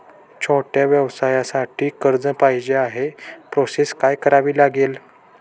छोट्या व्यवसायासाठी कर्ज पाहिजे आहे प्रोसेस काय करावी लागेल?